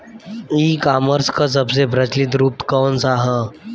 ई कॉमर्स क सबसे प्रचलित रूप कवन सा ह?